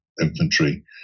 infantry